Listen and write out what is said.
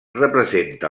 representa